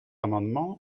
amendement